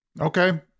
Okay